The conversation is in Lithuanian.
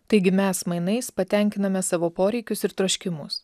taigi mes mainais patenkiname savo poreikius ir troškimus